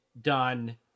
done